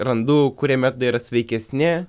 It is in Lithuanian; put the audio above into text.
randu kurie metodai yra sveikesni